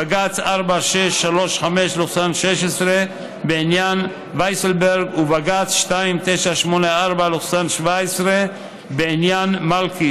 בג"ץ 4635/16 בעניין וייסלברג ובג"ץ 2984/17 בעניין מלכי,